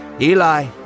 Eli